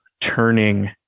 turning